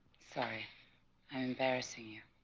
sorry, i'm embarrassing you.